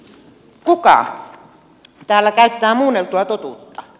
kuka täällä käyttää muunneltua totuutta